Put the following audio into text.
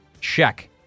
Check